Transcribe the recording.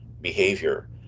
behavior